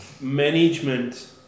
management